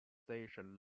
station